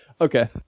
okay